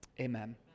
Amen